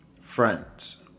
friends